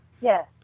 Yes